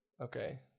Okay